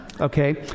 okay